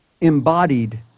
embodied